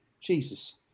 Jesus